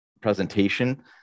presentation